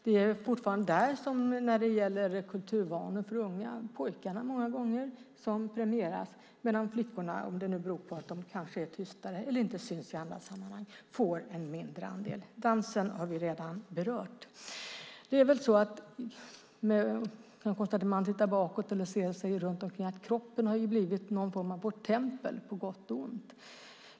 Det är fortfarande, som när det gäller kulturvanor för unga, pojkarna som många gånger premieras medan flickorna får en mindre andel - det kanske beror på att de är tystare eller inte syns i andra sammanhang. Dansen har vi redan berört. Vi kan konstatera, om vi tittar bakåt eller ser oss runt omkring, att kroppen har blivit någon form av vårt tempel, på gott och ont.